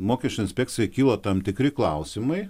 mokesčių inspekcijai kilo tam tikri klausimai